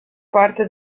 parte